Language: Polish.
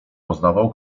poznawał